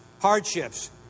hardships